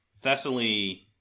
Thessaly